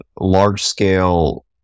large-scale